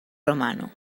romano